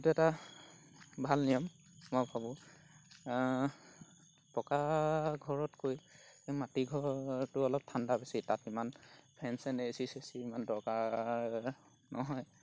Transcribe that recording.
সেইটো এটা ভাল নিয়ম মই ভাবোঁ পকা ঘৰতকৈ মাটি ঘৰটো অলপ ঠাণ্ডা বেছি তাত ইমান ফেন চেন এচি চেচি ইমান দৰকাৰ নহয়